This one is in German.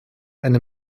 eine